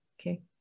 okay